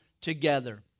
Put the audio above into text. together